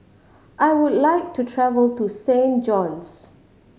I would like to travel to Saint John's